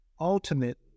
ultimate